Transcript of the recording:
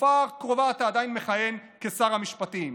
בתקופה הקרובה אתה עדיין מכהן כשר המשפטים,